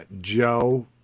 Joe